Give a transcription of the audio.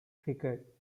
cricket